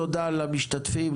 תודה למשתתפים,